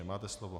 Máte slovo.